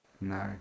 No